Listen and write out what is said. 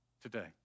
today